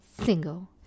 single